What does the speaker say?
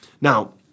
Now